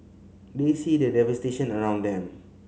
they see the devastation around them